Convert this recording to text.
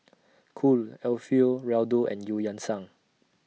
Cool Alfio Raldo and EU Yan Sang